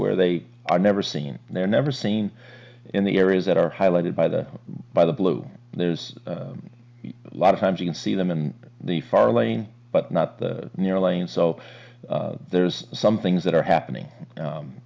where they are never seen and they're never seen in the areas that are highlighted by the by the blue there is a lot of times you can see them in the far lane but not near lanes so there's some things that are happening